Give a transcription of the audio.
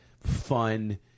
fun